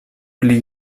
pli